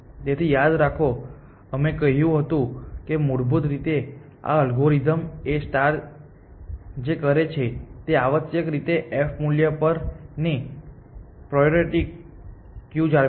તેથી યાદ રાખો કે અમે કહ્યું હતું કે મૂળભૂત રીતે આ અલ્ગોરિધમ A જે કરે છે તે આવશ્યકરીતે f મૂલ્ય પર ની પ્રાયોરિટી ક્યુ જાળવે છે